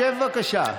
שב, בבקשה.